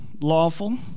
lawful